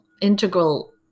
integral